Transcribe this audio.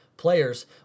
players